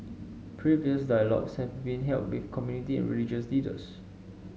previous dialogues have been held with community and religious leaders